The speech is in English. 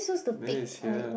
then is here